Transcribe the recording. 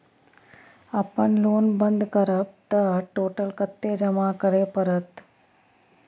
अपन लोन बंद करब त टोटल कत्ते जमा करे परत?